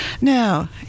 Now